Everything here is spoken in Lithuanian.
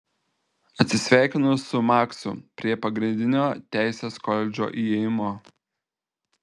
atsisveikinu su maksu prie pagrindinio teisės koledžo įėjimo